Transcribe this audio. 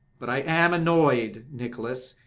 but i am annoyed, nicholas,